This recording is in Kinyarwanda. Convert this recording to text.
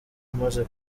umaze